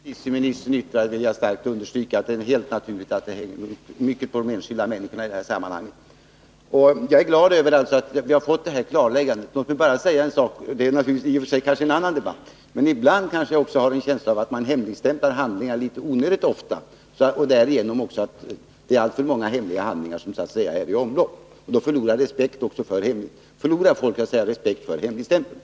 Herr talman! När det gäller det sista som justitieministern yttrade i sin replik vill jag starkt understryka att det helt naturligt är mycket som ankommer på de enskilda människorna i detta sammanhang. Jag är glad över att vi har fått detta klarläggande. Låt mig bara tillägga ytterligare en sak, som kanske i och för sig hör hemma i en annan debatt. Ibland har jag en känsla av att man kanske hemligstämplar handlingar onödigt ofta. Därigenom blir det alltför många hemliga handlingar i omlopp, så att säga. Då förlorar folk respekten för hemligstämpeln.